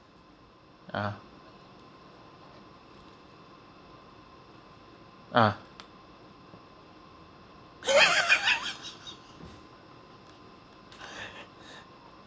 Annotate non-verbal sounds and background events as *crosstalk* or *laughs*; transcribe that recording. ah ah *laughs*